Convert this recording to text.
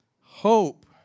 Hope